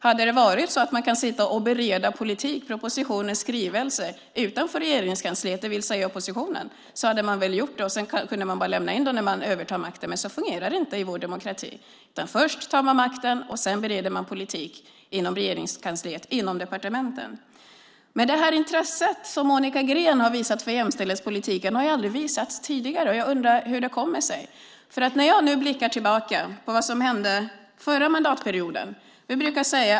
Hade det varit så att man hade kunnat bereda politik, propositioner och skrivelser utanför Regeringskansliet, det vill säga i opposition, hade man väl gjort det. Sedan hade man bara kunnat lämna in dem när man övertog makten. Men så fungerar det inte i vår demokrati. Först tar man makten, sedan bereder man politik inom Regeringskansliet med departementen. Intresset som Monica Green har visat för jämställdhetspolitiken har aldrig visats tidigare. Jag undrar hur det kommer sig. Låt mig blicka tillbaka på den förra mandatperioden.